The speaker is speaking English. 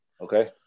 okay